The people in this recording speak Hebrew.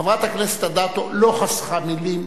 חברת הכנסת אדטו לא חסכה מלים,